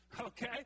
okay